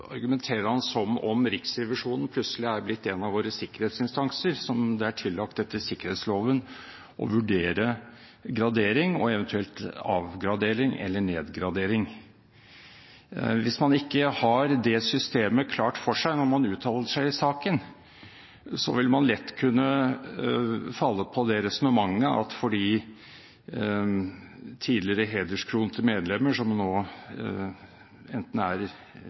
argumenterer han som om Riksrevisjonen plutselig har blitt en av våre sikkerhetsinstanser som er tillagt etter sikkerhetsloven å vurdere gradering, og eventuell avgradering eller nedgradering. Hvis man ikke har det systemet klart for seg når man uttaler seg i saken, vil man lett kunne falle. ned på det resonnementet at det er tidligere hederskronede medlemmer – som nå enten er